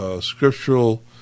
scriptural